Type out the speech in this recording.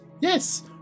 yes